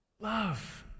Love